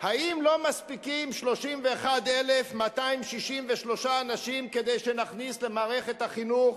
האם לא מספיקים 31,263 אנשים כדי שנכניס למערכת החינוך